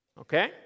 okay